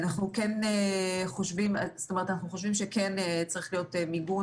אנחנו חושבים שכן צריך להיות מיגון,